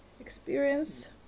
experience